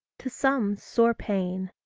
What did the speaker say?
to some sore pain,